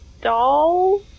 doll